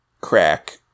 crack